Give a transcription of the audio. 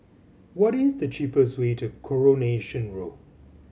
what is the cheapest way to Coronation Road